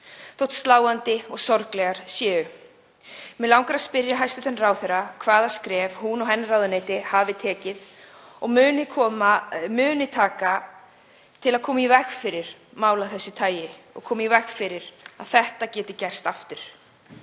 þótt sláandi og sorglegar séu. Mig langar að spyrja hæstv. ráðherra hvaða skref hún og ráðuneyti hennar hafi tekið og muni taka til að koma í veg fyrir mál af þessu tagi, koma í veg fyrir að þetta geti gerst aftur.